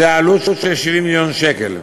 זאת עלות של 70 מיליון שקל.